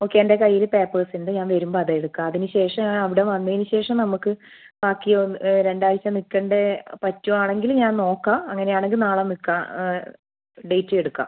okay എൻ്റെ കയ്യിൽ papers ഉണ്ട് ഞാൻ വരുമ്പോൾ അത് എടുക്കാം അതിന് ശേഷം ഞാൻ അവിടെ വന്നതിന് ശേഷം നമുക്ക് ബാക്കി രണ്ടാഴ്ച നിൽക്കണ്ടേ പറ്റുകയാണെങ്കിൽ ഞാൻ നോക്കാം അങ്ങനെ ആണെങ്കിൽ നാളെ നിൽക്കാം ഡേറ്റ് എടുക്കാം